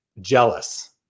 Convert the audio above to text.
jealous